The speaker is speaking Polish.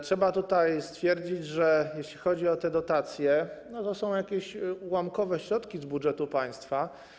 Trzeba stwierdzić, że jeśli chodzi o te dotacje, to są jakieś ułamkowe środki z budżetu państwa.